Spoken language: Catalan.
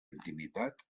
intimitat